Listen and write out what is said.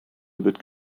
wird